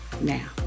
now